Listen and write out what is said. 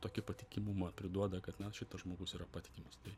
tokį patikimumą priduoda kad na šitas žmogus yra patikimas tai